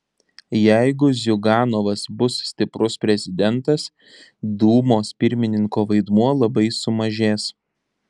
jeigu ziuganovas bus stiprus prezidentas dūmos pirmininko vaidmuo labai sumažės